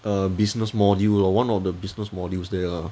a business module lor one of the business modules there lah